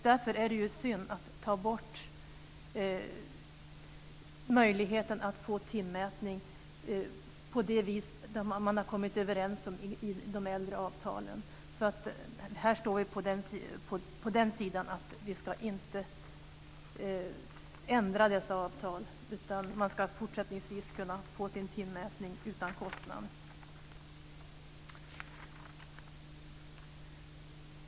Därför är det synd att ta bort möjligheten att få timmätning på det vis som man har kommit överens om i de äldre avtalen. Här anser vi att vi inte ska ändra dessa avtal. Man ska även fortsättningsvis kunna få sin timmätning utan kostnad.